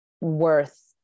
worth